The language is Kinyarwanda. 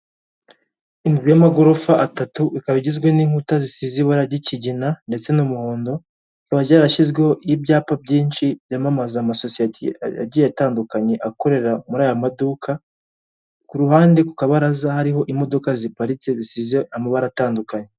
Inzu y'amagorofa atatu, ikaba igizwe n'inkuta zisize ibara ry'ikigina ndetse n'umuhondo, ikaba yarashyizweho ibyapa byinshi byamamaza ama sosiyeti agiye atandukanye, akorera muri aya maduka, ku ruhande ku kabaraza hariho imodoka ziparitse, zisize amabara atandukanye.